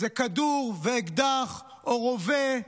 זה כדור ואקדח או רובה,